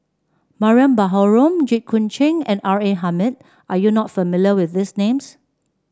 Mariam Baharom Jit Koon Ch'ng and R A Hamid are you not familiar with these names